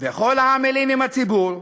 "וכל העמלים עם הציבור,